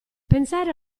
pensare